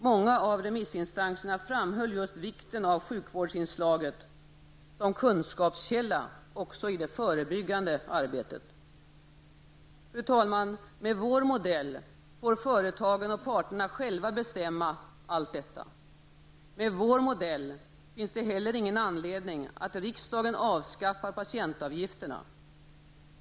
Många av remissinstanserna framhöll just vikten av sjukvårdsinslaget som kunskapskälla också i det förebyggande arbetet. Fru talman! Med vår modell får företagen och parterna själva bestämma allt detta. Med vår modell finns det heller ingen anledning för riksdagen att avskaffa patientavgifterna.